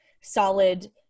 solid